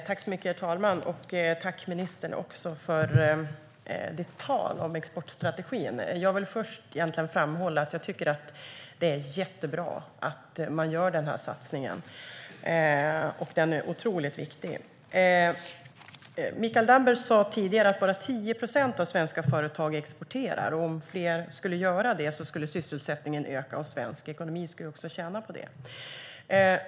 Herr talman! Tack, ministern, för ditt tal om exportstrategin. Jag vill först framhålla att det är jättebra att man gör den här satsningen. Den är otroligt viktig. Mikael Damberg sa tidigare att bara 10 procent av svenska företag exporterar. Om fler skulle göra det skulle sysselsättningen öka och svensk ekonomi tjäna på det.